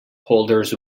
holders